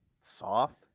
soft